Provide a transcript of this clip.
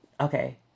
okay